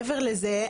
מעבר לזה,